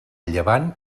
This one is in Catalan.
llevant